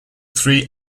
three